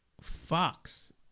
Fox